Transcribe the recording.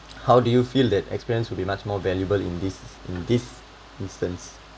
how do you feel that experience will be much more valuable in this in this instance